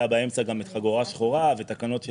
היה באמצע גם את חגורה שחורה ותקנות של